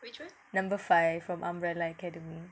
number five from umbrella academy